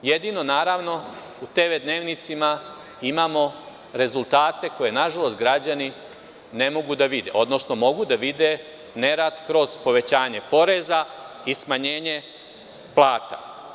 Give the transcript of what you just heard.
Jedino, naravno u TV dnevnicima imamo rezultate koje nažalost građani ne mogu da vide, odnosno mogu da vide, nerad kroz povećanje poreza i smanjenje plata.